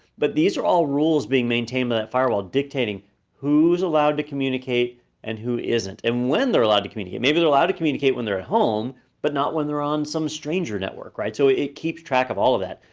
but these are all rules being maintained by that firewall, dictating who's allowed to communicate and who isn't, and when they're allowed to communicate. maybe they're allowed to communicate when they're at home but not when they're on some stranger network, right? so it keeps track of all of that.